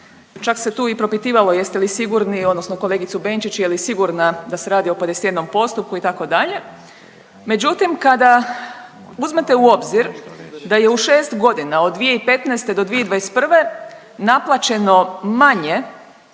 Čak se tu i propitivalo jeste li sigurni, odnosno kolegicu Benčić je li sigurna da se radi o 51 postupku itd. Međutim, kada uzmete u obzir da je u šest godina od 2015. do 2021. naplaćeno manje